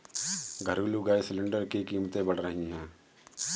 घरेलू gas cylinder की कीमतें बढ़ रही है